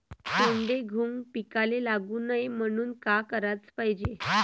सोंडे, घुंग पिकाले लागू नये म्हनून का कराच पायजे?